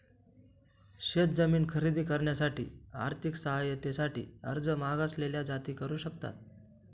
शेत जमीन खरेदी करण्यासाठी आर्थिक सहाय्यते साठी अर्ज मागासलेल्या जाती करू शकतात